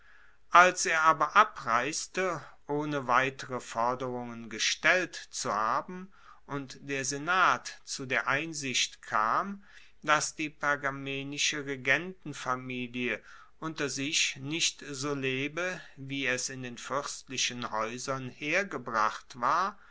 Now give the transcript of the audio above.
als er aber abreiste ohne weitere forderungen gestellt zu haben und der senat zu der einsicht kam dass die pergamenische regentenfamilie unter sich nicht so lebe wie es in den fuerstlichen haeusern hergebracht war